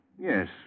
Yes